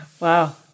Wow